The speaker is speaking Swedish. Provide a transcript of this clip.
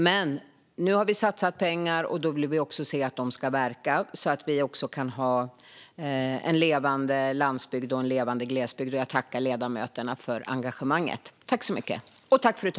Men nu har vi satsat pengar, och då vill vi se att de får verka så att vi kan ha en levande landsbygd och en levande glesbygd. Jag tackar åter ledamöterna för engagemanget.